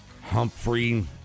Humphrey